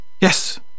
yes